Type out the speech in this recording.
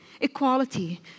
equality